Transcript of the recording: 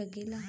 लगे ला?